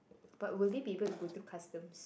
but will they be able to go through customs